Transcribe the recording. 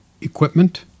equipment